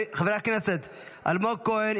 סכנות של ממש --- חברי הכנסת אלמוג כהן,